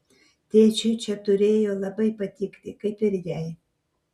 tėčiui čia turėjo labai patikti kaip ir jai